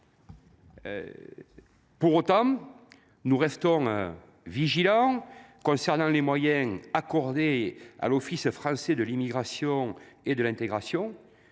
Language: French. Pour autant, nous restons vigilants quant aux moyens accordés à l’Office français de l’immigration et de l’intégration.